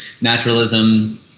naturalism